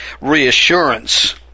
reassurance